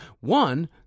One